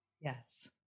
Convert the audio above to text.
Yes